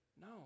No